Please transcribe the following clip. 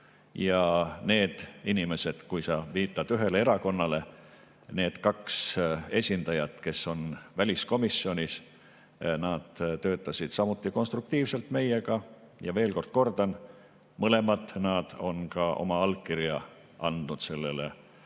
Ja need inimesed, kui sa viitad ühele erakonnale, need kaks esindajat, kes on väliskomisjonis, töötasid samuti konstruktiivselt meiega. Ja veel kord: mõlemad nad on ka oma allkirja andnud sellele